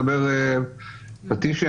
מדבר יהל פטישי,